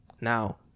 Now